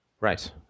Right